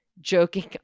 joking